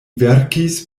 verkis